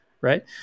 right